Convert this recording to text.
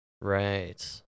Right